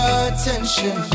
attention